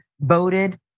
voted